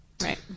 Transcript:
Right